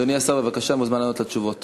אדוני השר, בבקשה, אתה מוזמן לענות תשובות.